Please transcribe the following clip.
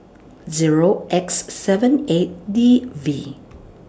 Zero X seven eight D V